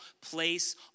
place